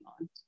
on